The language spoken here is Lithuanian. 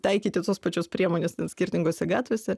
taikyti tos pačios priemonės skirtingose gatvėse